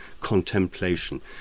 contemplation